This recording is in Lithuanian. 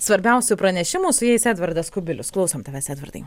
svarbiausių pranešimų su jais edvardas kubilius klausom tavęs edvardai